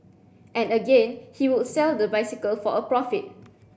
and again he would sell the bicycle for a profit